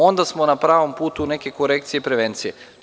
Onda smo na pravom putu neke korekcije i prevencije.